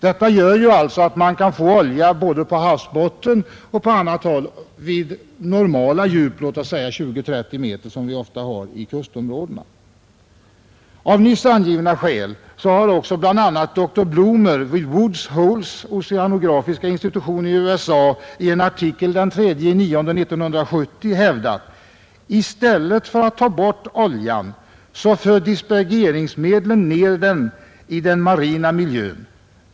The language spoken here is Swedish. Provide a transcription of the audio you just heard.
Detta förfaringssätt medför att man kan finna olja bl.a. på havsbotten vid djup på låt oss säga 20 — 30 meter, som vi ofta har i kustområdena. Av nyss angivna skäl har också bl.a. dr Blumer vid Woods Hole's oceanografiska institution i USA i en artikel den 3 september 1970 hävdat: ”I stället för att ta bort oljan för dispergeringsmedlen ner den i den marina miljön.